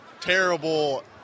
terrible